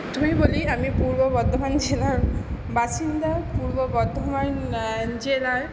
প্রথমেই বলি আমি পূর্ব বর্ধমান জেলার বাসিন্দা পূর্ব বর্ধমান জেলায়